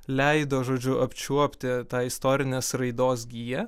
leido žodžiu apčiuopti tą istorinės raidos giją